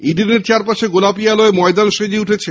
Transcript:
ইডেনের চারপাশে গোলাপী আলোয় ময়দান সেজে উঠেছে